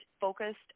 focused